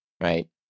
Right